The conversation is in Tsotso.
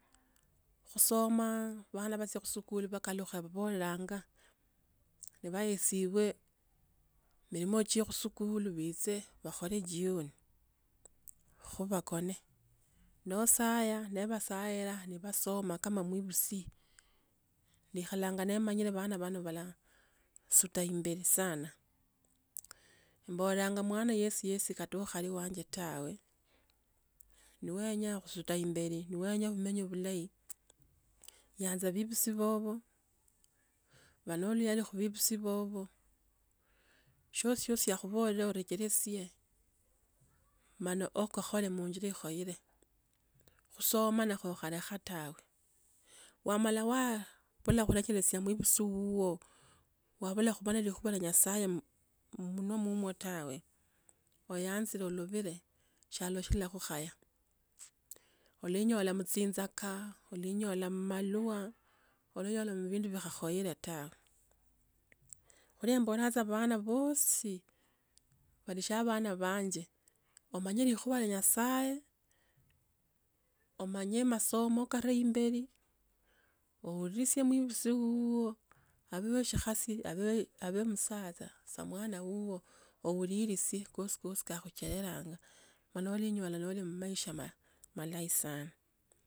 Khusoma bana nabachie musikuli nabakhakalukha embamboreranga. Nabaesibwe milimo chie esikuli baeche bakhole jioni, kho bakone. No osaya nebasaila nebasoma kama muibusi nekhalanga nemanyile bana bano bala isuta imbeli sana. Imbolanga mwana yesi yesi kata wali wange tawe, nowenya khusuta imbeli no wenya bumenya bhulayi,, yanza bebusi babo ba no obuyali mu beibusi babo, shiosi shiosi shio akhubola orecheresie, mano ukukhole khuinjila ikhoile khusoma nakho khandi ukhalekha tawe, wamala khureka khurekelesia muibusi wuwo wabula khuwa ne likhuwa lwa nyasaye mumunwa mumwo tawe oyanze lubile shialo shilakhukhaya. Olenyola khuchinjaka, olenyola mumwalwa, olenyola mu bindu bikhakhoila tawe. Khole mbola bana booos,i balishi abane banje. Bamanye likhuwa lya nyasaye, omanye masomo karee imbeli, uuliswe mubwili wuwo, abe we shikhasi abe abe omusacha samwana wuwo uwuliliswe kosi kosi kaa akhuchelalanga ne ulinyola uli khu maisha ma malayi sana.